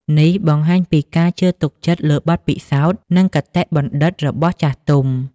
នេះបង្ហាញពីការជឿទុកចិត្តលើបទពិសោធន៍ និងគតិបណ្ឌិតរបស់ចាស់ទុំ។